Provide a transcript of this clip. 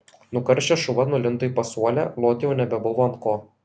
nukaršęs šuva nulindo į pasuolę loti jau nebebuvo ant ko